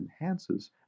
enhances